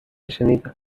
شنیدم